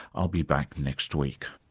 i'll be back next week